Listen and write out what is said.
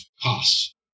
costs